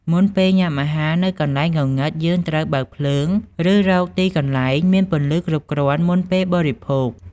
មុនពេលញាំអាហារនៅកន្លែងងងឹតយើងត្រូវ បើកភ្លើង ឬរកទីកន្លែងមានពន្លឺគ្រប់គ្រាន់មុនពេលបរិភោគ ។